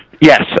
yes